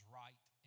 right